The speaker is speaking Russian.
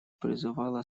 призывала